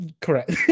Correct